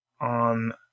on